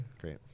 Great